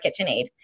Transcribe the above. KitchenAid